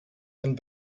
and